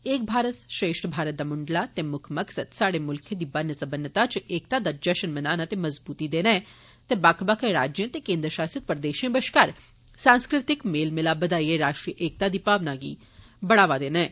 'एक भारत श्रेष्ठ भारत' दा मुंडला ते मुक्ख मकसद स्हाड़े मुल्खै दी बनसब्बनता च एकता दा जश्न मनाना ते मजबूती देना ऐ ते बक्ख बक्ख राज्यें ते केंद्र शासत प्रदेशें बश्कार सांस्कृतिक मेल मलाप बधाइए राष्ट्रीय एकता दी भावना गी बढ़ावा देना ऐ